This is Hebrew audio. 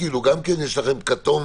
אתם כולכם תהיו היום.